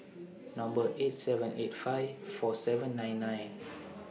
Number eight seven eight five four seven nine nine